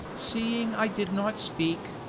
seeing i did not speak,